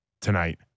tonight